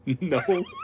No